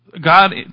God